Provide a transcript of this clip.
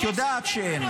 את יודעת שאין.